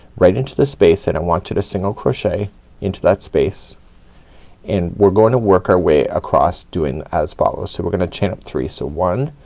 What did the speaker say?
right into the space and i want you to single crochet into that space and we're gonna work our way across doing as follows. so we're gonna chain up three so one,